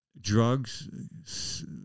Drugs